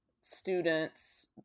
students